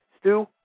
Stu